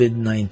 COVID-19